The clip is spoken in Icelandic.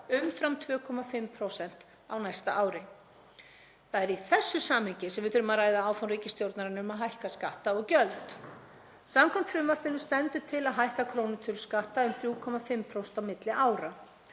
umfram 2,5% á næsta ári. Það er í þessu samhengi sem við þurfum að ræða áform ríkisstjórnarinnar um að hækka skatta og gjöld. Samkvæmt frumvarpinu stendur til að hækka krónutöluskatta um 3,5% milli ára.